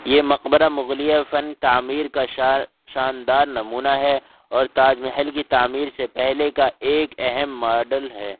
یہ مقبرہ مغلیہ فن تعمیر کا شا شاندار نمونہ ہے اور تاج محل کی تعمیر سے پہلے کا ایک اہم ماڈل ہے